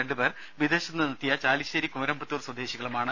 രണ്ടു പേർ വിദേശത്തു നിന്നെത്തിയ ചാലിശ്ശേരി കുമരംപുത്തൂർ സ്വദേശികളുമാണ്